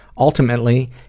Ultimately